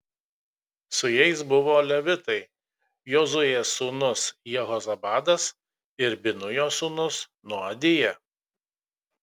su jais buvo levitai jozuės sūnus jehozabadas ir binujo sūnus noadija